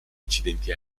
incidenti